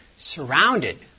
surrounded